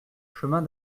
chemin